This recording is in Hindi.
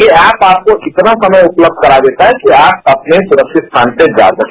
यह ऐप आपको इतना समय उपलब्ध करा देता है कि आप अपने सुरक्षित स्थान पर जा सके